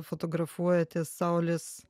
fotografuojate saulės